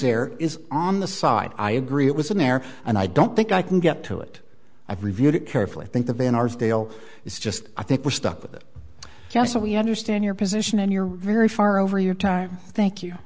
there is on the side i agree it was an error and i don't think i can get to it i've reviewed it carefully i think the van arsdale it's just i think we're stuck with it now so we understand your position and you're very far over your time thank you